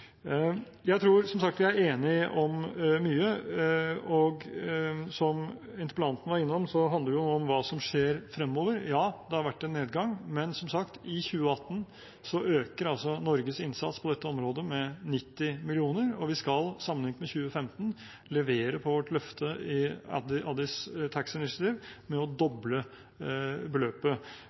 Jeg tror som sagt vi er enige om mye, og som interpellanten var innom, handler det om hva som skjer fremover. Ja, det har vært en nedgang. Men, som sagt, i 2018 øker altså Norges innsats på dette området med 90 mill. kr, og vi skal, sammenlignet med 2015, levere på vårt løfte i Addis Tax Initiative med å doble beløpet.